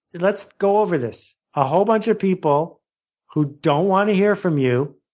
let's go over this. a whole bunch of people who don't want to hear from you,